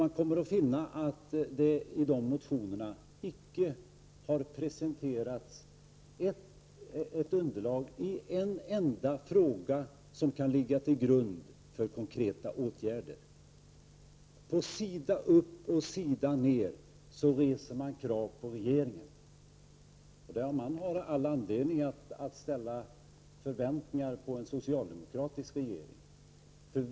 Man kommer att finna att det i motionerna inte har presenterats underlag som i en enda fråga kan ligga till grund för konkreta åtgärder. Sida upp och sida ned reser man krav på regeringen. Man har också all anledning att ha förväntningar på en socialdemokratisk regering.